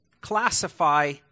classify